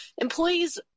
Employees